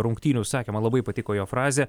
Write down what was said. rungtynių sakė man labai patiko jo frazė